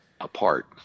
apart